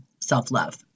self-love